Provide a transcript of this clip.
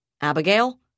Abigail